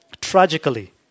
tragically